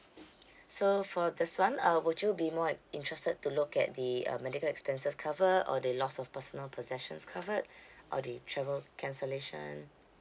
so for this one uh would you be more interested to look at the uh medical expenses cover or the loss of personal possessions cover or the travel cancellation